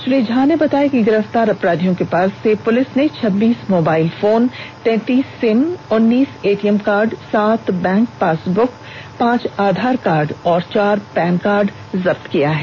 श्री झा ने बताया कि गिरफ्तार अपराधियों के पास से पुलिस ने छब्बीस मोबाइल फोन तैंतीस सिम उन्नीस एटीएम कार्ड सात बैंक पासबुक पांच आधार कार्ड और चार पैन कार्ड जब्त किया है